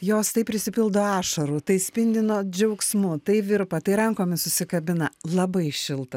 jos tai prisipildo ašarų tai spindi na džiaugsmu tai virpa tai rankomis susikabina labai šilta